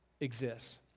exists